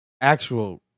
actual